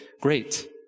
Great